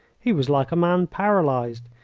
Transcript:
he was like a man paralysed,